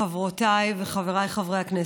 חברותיי וחבריי חברי הכנסת,